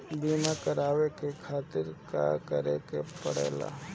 बीमा करेवाए के खातिर का करे के पड़ेला?